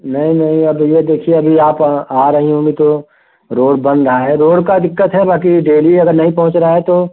नहीं नहीं अब ये देखिए अभी आप आ रही होंगी तो रोड बन रहा है रोड का दिक्कत है बाकी डेली अगर नहीं पहुँच रहा है तो